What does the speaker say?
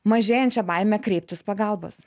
mažėjančią baimę kreiptis pagalbos